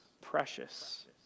precious